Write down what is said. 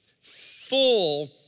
full